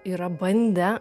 yra bandę